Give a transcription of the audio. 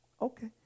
Okay